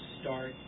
start